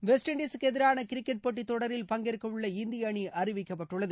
west இண்டிஸ்டிக்கு எதிரான cricket போட்டி தொடரில் பங்கேற்க உள்ள இந்திய அணி அறிவிக்கப்பட்டுள்ளது